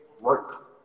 work